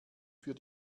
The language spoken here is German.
für